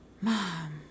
mom